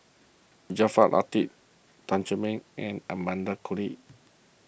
Jaafar Latiff Tan Che Mang and Amanda Koe Lee